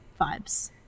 Vibes